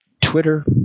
Twitter